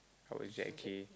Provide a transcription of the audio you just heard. how's Jackie